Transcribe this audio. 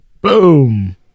Boom